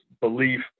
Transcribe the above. belief